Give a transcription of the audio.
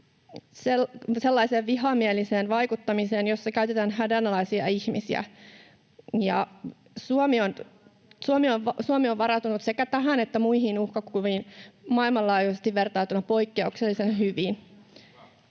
sellaiseen vihamieliseen vaikuttamiseen, jossa käytetään hädänalaisia ihmisiä. Suomi on varautunut sekä tähän että muihin uhkakuviin maailmanlaajuisesti vertailtuna poikkeuksellisen hyvin.